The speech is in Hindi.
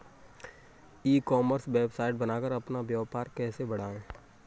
ई कॉमर्स वेबसाइट बनाकर अपना व्यापार कैसे बढ़ाएँ?